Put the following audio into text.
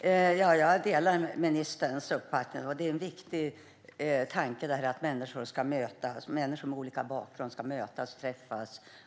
Fru talman! Jag delar ministerns uppfattning. Det är en viktig tanke att människor med olika bakgrund ska mötas